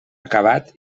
acabat